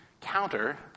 counter